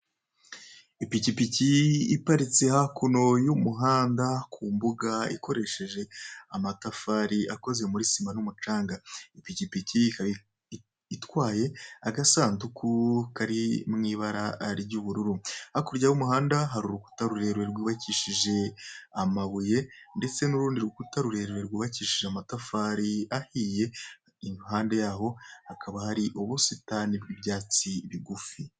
Ipikipiki iparitse hakuno y'umuhanda ku imbuga ikoresheje amatafari akoze mu isima n'umucanga, ipikipiki ikaba itwaye agasanduku kari mu ibara ry'ubururu, hakurya y'umuhanda hari urukuta rurerure rwubakishije amabuye ndetse n'urundi rukuta rwubakishije amadafari ahiye iruhande yaho hakaba hari ubusitani bw'ibyatsi bigufi.